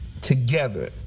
together